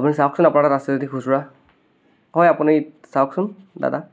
আপুনি চাওকচোন আপোনাৰ তাত আছে যদি খুচুৰা হয় আপুনি চাওকচোন দাদা